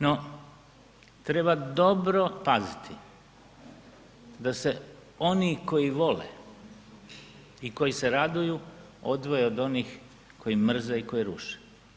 No, treba dobro paziti da se oni koji vole i koji se raduju odvoje od onih koji mrze i koji ruše.